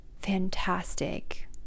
fantastic